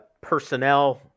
personnel